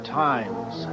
times